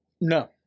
No